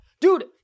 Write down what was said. Dude